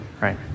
Right